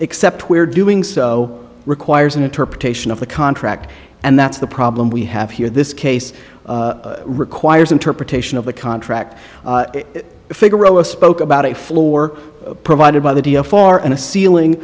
except we're doing so requires an interpretation of the contract and that's the problem we have here this case requires interpretation of the contract figaro a spoke about a floor provided by the far and a ceiling